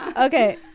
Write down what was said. Okay